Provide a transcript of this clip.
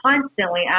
constantly